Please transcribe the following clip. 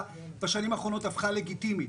אלא שבשנים האחרונות הפכה לגיטימית,